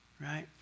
right